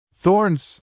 Thorns